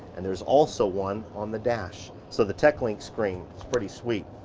and there's also one on the dash. so the techlink screen, it's pretty sweet.